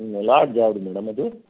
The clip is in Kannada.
ಹ್ಞೂ ಲಾಡ್ಜ್ ಯಾವುದು ಮೇಡಮ್ ಅದು